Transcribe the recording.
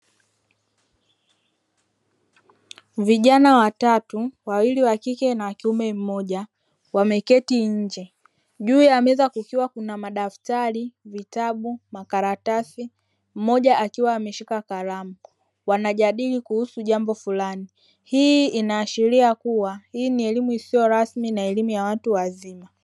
Vijana watatu wawili wa kike na wa kiume mmoja wameketi nje juu ameweza kukiwa kuna madaftari vitabu makaratasi mmoja akiwa ameshika karamu wanajadili kuhusu jambo fulani, hii inaashiria kuwa hii ni elimu isiyo rasmi na elimu ya watu wazima.